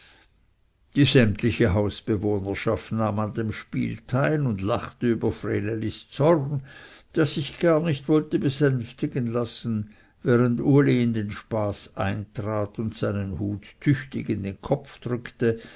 die sämtliche hausbewohnerschaft nahm an dem spiel teil und lachte über vrenelis zorn der sich gar nicht wollte besänftigen lassen während uli in den spaß eintrat und seinen hut tüchtig in den kopf drückte